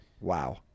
wow